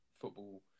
football